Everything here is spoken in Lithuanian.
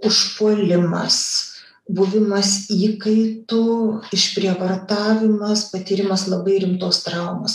užpuolimas buvimas įkaitu išprievartavimas patyrimas labai rimtos traumos